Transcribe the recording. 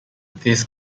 this